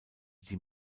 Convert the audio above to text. die